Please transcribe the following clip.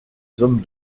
hommes